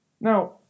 Now